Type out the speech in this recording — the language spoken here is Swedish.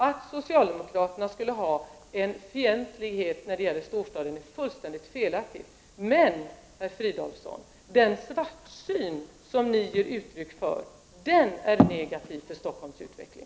Att socialdemokraterna skulle ha en fientlig inställning till storstaden är fullständigt felaktigt. Men, herr Fridolfsson, den svartsyn som ni ger uttryck för är negativ för Stockholms utveckling.